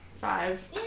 Five